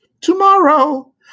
tomorrow